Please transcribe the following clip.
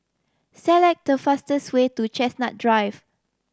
select the fastest way to Chestnut Drive